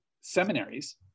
seminaries